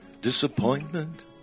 Disappointment